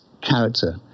character